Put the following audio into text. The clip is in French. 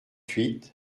huit